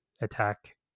Attack